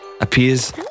appears